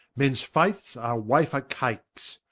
mens faiths are wafer-cakes,